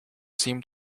seemed